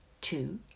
two